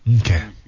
Okay